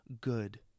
good